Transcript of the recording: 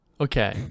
Okay